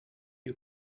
you